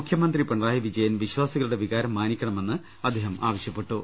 മുഖ്യമന്ത്രി പിണറായി വിജയൻ വിശ്വാസികളുടെ വികാരം മാനിക്കണമെന്നും അദ്ദേഹം ആവശ്യപ്പെട്ടു